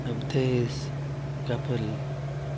Awadhesh Kapil